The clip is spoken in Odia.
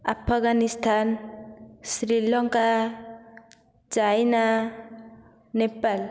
ଆଫଗାନିସ୍ତାନ ଶ୍ରୀଲଙ୍କା ଚାଇନା ନେପାଳ